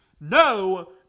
no